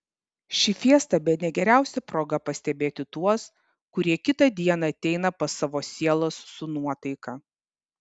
ši fiesta bene geriausia proga pastebėti tuos kurie kitą dieną ateina pas savo sielas su nuotaika